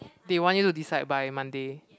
they want you to decide by Monday